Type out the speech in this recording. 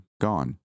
Gone